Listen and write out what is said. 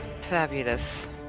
Fabulous